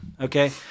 Okay